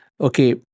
okay